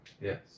Yes